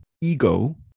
ego